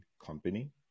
company